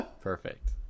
perfect